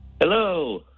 Hello